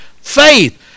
faith